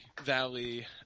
valley